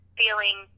feeling